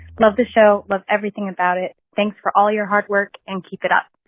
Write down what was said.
love the show love everything about it. thanks for all your hard work, and keep it up